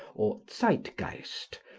or zeit-geist,